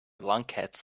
lunkheads